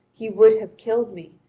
he would have killed me,